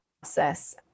process